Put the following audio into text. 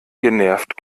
genervt